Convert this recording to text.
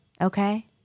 Okay